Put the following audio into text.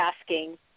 asking